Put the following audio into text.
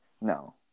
No